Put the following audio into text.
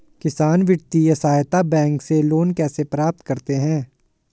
किसान वित्तीय सहायता बैंक से लोंन कैसे प्राप्त करते हैं?